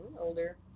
older